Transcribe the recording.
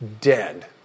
dead